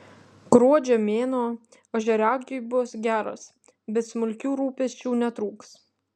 gruodžio mėnuo ožiaragiui bus geras bet smulkių rūpesčių netrūks